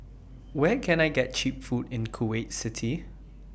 Where Can I get Cheap Food in Kuwait City